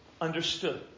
understood